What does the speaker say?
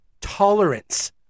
Tolerance